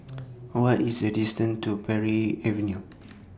What IS The distance to Parry Avenue